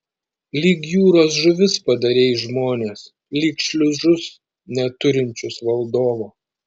lyg jūros žuvis padarei žmones lyg šliužus neturinčius valdovo